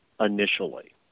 initially